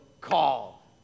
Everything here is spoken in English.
call